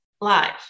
live